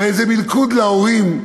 הרי זה מלכוד להורים,